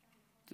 אתה